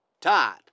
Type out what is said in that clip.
Todd